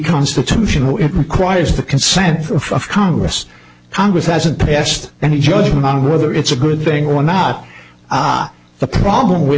constitutional it requires the consent of congress congress hasn't passed any judgment on whether it's a good thing or not the problem with